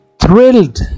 thrilled